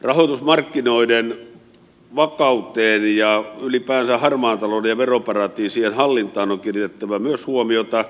rahoitusmarkkinoiden vakauteen ja ylipäänsä harmaan talouden ja veroparatiisien hallintaan on kiinnitettävä myös huomiota